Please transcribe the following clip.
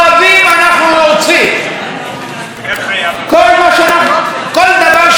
כל דבר שאיתו אנחנו לא מסכימים, אנחנו נוציא.